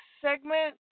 segment